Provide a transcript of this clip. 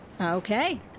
Okay